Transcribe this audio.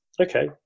okay